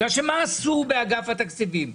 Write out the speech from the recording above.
בגלל שמה עשו באגף התקציבים?